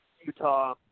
Utah